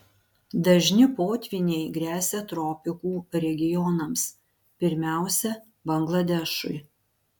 dažni potvyniai gresia tropikų regionams pirmiausia bangladešui